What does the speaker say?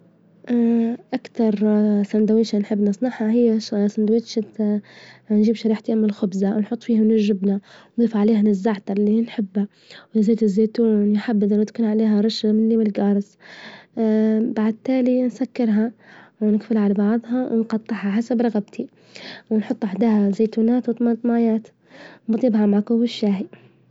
أكتر سندويشة نحب نصنعها، هي سندوتشت نجيب شريحتين من خبزة نحط فيهن الجبنة نظيف عليهم من الزعتر إللي نحبه وزيت الزيتون، يا حبذا لو تكون عليها رشة مني والجارس بعد تالي نسكرها، ونجفل على بعظها ونجطعها حسب رغبتي، ونحط حداها زيتونات وطماطمايات، ما أطيبها مع كوب الشاهي.